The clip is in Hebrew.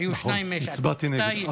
היו שניים מיש עתיד.